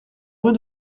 rue